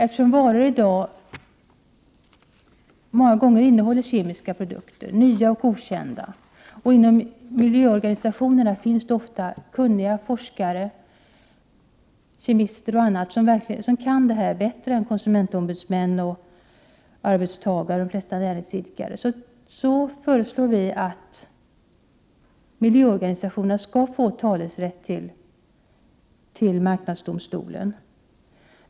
Eftersom varor i dag många gånger innehåller kemiska produkter, nya och okända, och det inom miljöorganisationerna ofta finns kunniga forskare, kemister och andra, som kan dessa ämnesområden bättre än konsumentombudsmän, arbetstagare och näringsidkare, föreslår vi att miljöorganisationerna skall få talerätt i marknadsdomstolen.